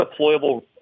deployable